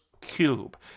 cube